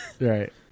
Right